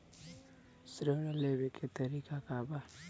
ऋण लेवे के तरीका का बा?